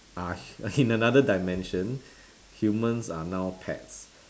ah in another dimension humans are now pets